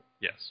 yes